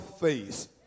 face